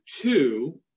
two